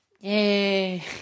yay